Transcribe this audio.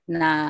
na